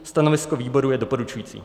Stanovisko výboru je doporučující.